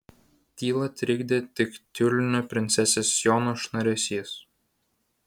tylą trikdė tik tiulinio princesės sijono šnaresys